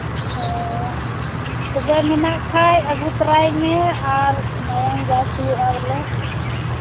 ᱦᱚᱸ ᱛᱚᱵᱮ ᱢᱮᱱᱟᱜ ᱠᱷᱟᱱ ᱟᱹᱜᱩ ᱛᱚᱨᱟᱭ ᱢᱮ ᱟᱨ ᱢᱟᱭᱟᱝ ᱡᱟᱡᱽ ᱦᱩᱭᱩᱜᱼᱟ ᱵᱚᱞᱮ